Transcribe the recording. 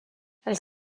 elle